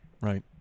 Right